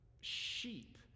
sheep